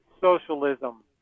socialism